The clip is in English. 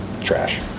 Trash